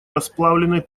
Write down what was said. расплавленной